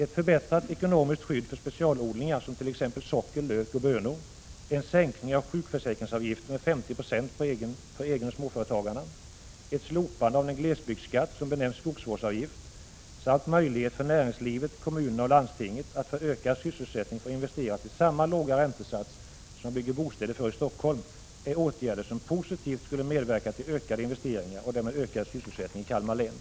—- Ett förbättrat ekonomiskt skydd för specialodlingar som t.ex. socker, lök och bönor, en sänkning av sjukförsäkringsavgiften med 50 96 för egenoch småföretagarna, ett slopande av den glesbygdsskatt som benämns skogsvårdsavgift samt möjlighet för näringslivet, kommunerna och landstinget att för ökad sysselsättning få investera till samma låga räntesats som man bygger bostäder för i Stockholm är åtgärder som positivt skulle medverka till ökade investeringar och därmed ökad sysselsättning i Kalmar län.